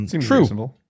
True